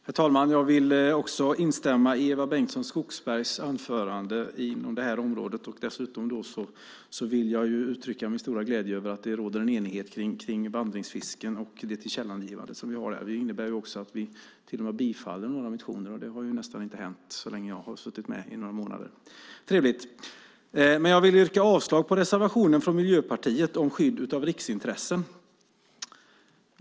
Herr talman! Jag vill också instämma i Eva Bengtson Skogsbergs anförande på det här området. Dessutom vill jag uttrycka min stora glädje över att det råder enighet kring vandringsfisken och det tillkännagivande som utskottet har. Det innebär att vi till och med bifaller motioner, och det har nästan inte hänt så länge jag har varit med här, i några månader. Det är trevligt. Men jag vill yrka avslag på reservationen från Miljöpartiet om skydd av riksintressen.